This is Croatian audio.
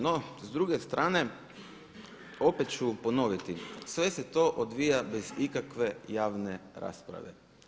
No, s druge strane opet ću ponoviti, sve se to odvija bez ikakve javne rasprave.